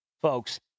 folks